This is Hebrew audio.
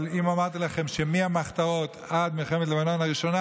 אבל אם אמרתי לכם שמהמחתרות עד מלחמת לבנון הראשונה,